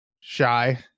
shy